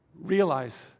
realize